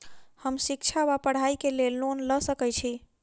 हम शिक्षा वा पढ़ाई केँ लेल लोन लऽ सकै छी?